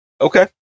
Okay